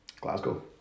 Glasgow